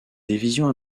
division